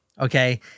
okay